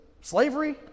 Slavery